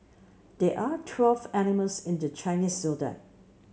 there are twelve animals in the Chinese Zodiac